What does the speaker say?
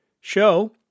show